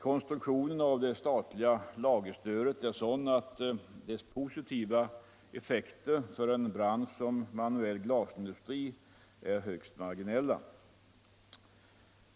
Konstruktionen av det statliga lagerstödet är sådant att dess positiva effekter för en bransch som den manuella glasindustrin är mycket marginella.